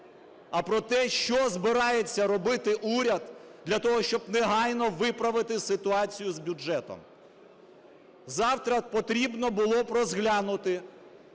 а про те, що збирається робити уряд для того, щоб негайно виправити ситуацію з бюджетом. Завтра потрібно було б розглянути